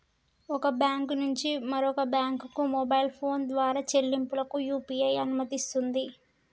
ఒక బ్యాంకు నుంచి మరొక బ్యాంకుకు మొబైల్ ఫోన్ ద్వారా చెల్లింపులకు యూ.పీ.ఐ అనుమతినిస్తుంది